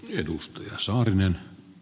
edustan saarinen